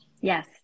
yes